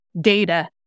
data